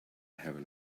heaven